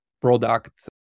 product